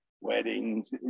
weddings